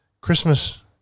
Christmas